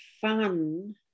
fun